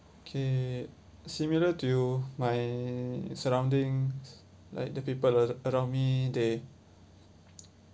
okay similar to my surroundings like the people around me they